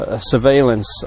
surveillance